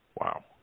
Wow